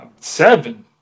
seven